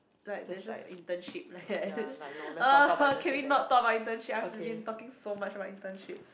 like there's just internship like that can we not talk about internship I've been talking so much about internship